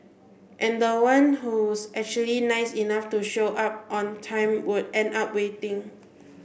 and the one who's actually nice enough to show up on time would end up waiting